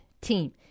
team